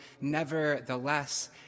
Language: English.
nevertheless